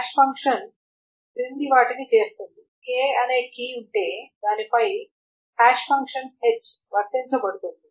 hash function కింది వాటిని చేస్తుంది k అనే కీ ఉంటే దానిపై హాష్ ఫంక్షన్ h వర్తించబడుతుంది